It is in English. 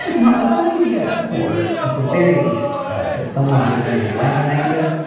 not a bad idea. or at the very least that someone gives them my wagan idea.